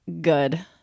good